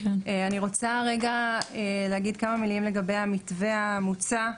אני רוצה רגע להגיד כמה מילים לגבי המתווה המוצע.